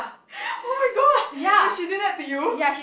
oh my god wait she did that to you